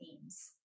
themes